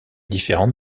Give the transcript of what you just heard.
différente